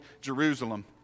Jerusalem